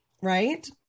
Right